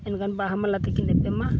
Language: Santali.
ᱮᱱᱠᱷᱟᱱ ᱵᱟᱦᱟ ᱢᱟᱞᱟ ᱛᱮᱠᱤᱱ ᱮᱯᱮᱢᱟ